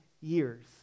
years